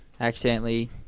accidentally